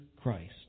Christ